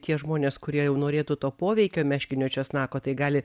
tie žmonės kurie jau norėtų to poveikio meškinio česnako tai gali